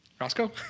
Roscoe